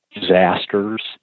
disasters